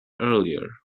earlier